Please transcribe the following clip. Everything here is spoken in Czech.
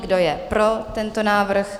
Kdo je pro tento návrh?